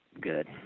good